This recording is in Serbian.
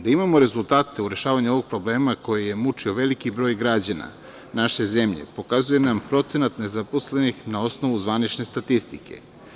Da imamo rezultate u rešavanju ovog problema koji je mučio veliki broj građana naše zemlje, pokazuje nam procenat nezaposlenih na osnovu zvanične statistike.